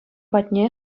патне